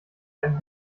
einen